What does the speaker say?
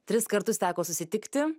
tris kartus teko susitikti